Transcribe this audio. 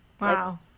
Wow